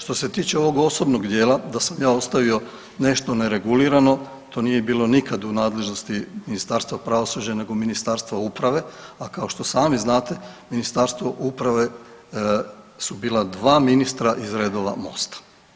Što se tiče ovog osobnog dijela da sam ja ostavio nešto neregulirano to nije bilo nikad u nadležnosti Ministarstva pravosuđa nego Ministarstva uprave, a kao što sami znate u Ministarstvu uprave su bila dva ministra iz redova Mosta.